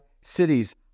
cities